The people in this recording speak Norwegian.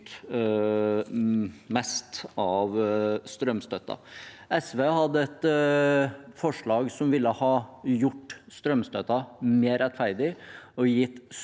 best av strømstøtten. SV hadde et forslag som ville ha gjort strømstøtten mer rettferdig, og gitt